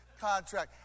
contract